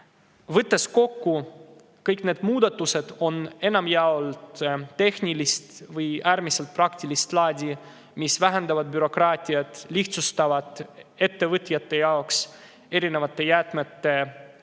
Võttes kokku kõik need muudatused, on need enamjaolt tehnilist või äärmiselt praktilist laadi. Need vähendavad bürokraatiat, lihtsustavad ettevõtjatel erinevate jäätmete